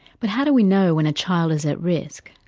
but how do we know when a child is at risk?